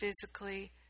physically